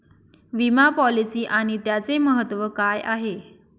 विमा पॉलिसी आणि त्याचे महत्व काय आहे?